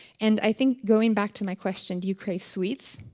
and i think, going back to my question, do you crave sweets?